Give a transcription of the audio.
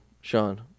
Sean